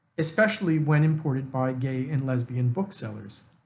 especially when imported by gay and lesbian booksellers.